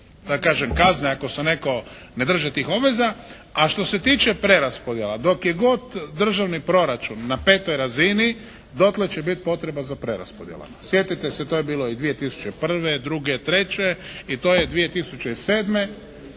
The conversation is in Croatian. da kažem kazne ako se netko ne drži tih obveza a što se tiče preraspodjela dok je god državni proračun na petoj razini dotle će biti potreba za preraspodjelom. Sjetite se to je bilo i 2001., 2002., 2003.